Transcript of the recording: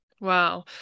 Wow